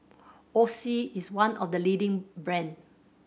Oxy is one of the leading brand